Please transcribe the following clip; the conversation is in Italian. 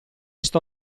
sto